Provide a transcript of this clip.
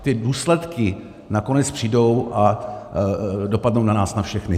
A důsledky nakonec přijdou a dopadnou na nás na všechny.